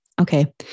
okay